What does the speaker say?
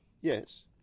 yes